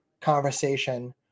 conversation